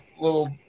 little